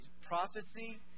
prophecy